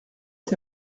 est